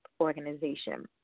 Organization